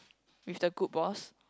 with the good boss